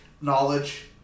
knowledge